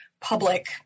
public